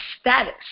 status